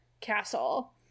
castle